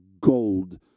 gold